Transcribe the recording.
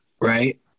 Right